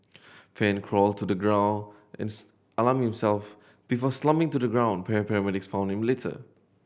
fan crawled to the ground and alarm himself before slumping to the ground paramedics found him later